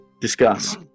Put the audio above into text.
Discuss